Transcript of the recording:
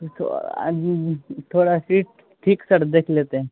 یہ تو ابھی تھوڑا ٹھیک ٹھیک سر دیکھ لیتے ہیں